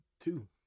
two